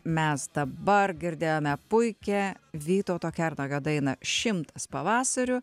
mes dabar girdėjome puikią vytauto kernagio dainą šimtas pavasarių